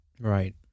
Right